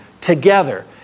together